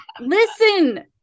Listen